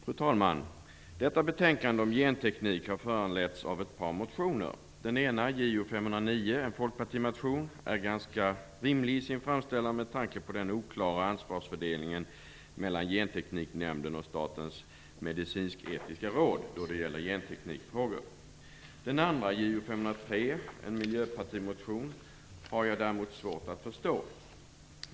Fru talman! Detta betänkande om genteknik har föranletts av ett par motioner. Den ena, folkpartimotionen Jo509, är ganska rimlig i sin framställan med tanke på den oklara ansvarsfördelningen mellan Gentekniknämnden och Statens medicinsk-etiska råd då det gäller genteknikfrågor. Den andra, Jo503, en miljöpartimotion, har jag däremot svårt att förstå.